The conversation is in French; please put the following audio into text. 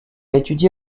étudié